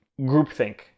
groupthink